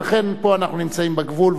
לכן פה אנחנו נמצאים בגבול,